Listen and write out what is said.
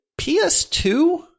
PS2